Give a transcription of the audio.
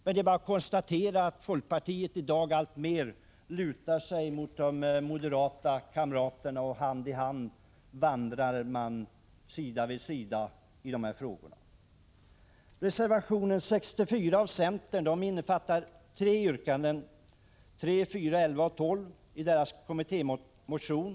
Men det är bara att konstatera att folkpartiet i dag alltmer lutar sig mot de moderata kamraterna, och hand i hand vandrar man sida vid sida när det gäller dessa frågor. Reservation nr 64 av centern innefattar yrkandena 3, 4, 11 och 12 i centerns kommittémotion.